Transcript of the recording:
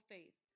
Faith